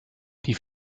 die